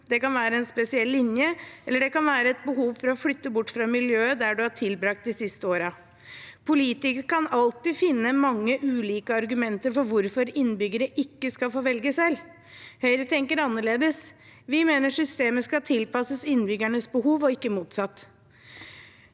Det kan være en spesiell linje, eller det kan være et behov for å flytte bort fra miljøet der en har tilbragt de siste årene. Politikere kan alltid finne mange ulike argumenter for hvorfor innbyggerne ikke skal få velge selv. Høyre tenker annerledes. Vi mener systemet skal tilpasses innbyggernes behov, ikke motsatt.